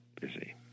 busy